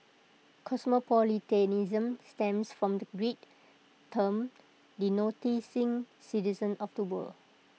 cosmopolitanism stems from the Greek term denoting citizen of the world